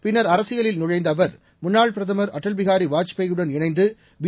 பின்னர் அரசியலில் நுழைந்த அவர் முன்னாள் பிரதமர் அடல் பிகாரி வாஜ்பேயி யுடன் இணைந்து பி